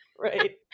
Right